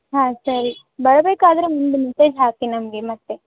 ಹಾಂ ಸರಿ ಬರಬೇಕಾದರೆ ಒಂದು ಮೆಸೇಜ್ ಹಾಕಿ ನಮಗೆ ಮತ್ತೆ